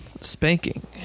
Spanking